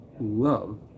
love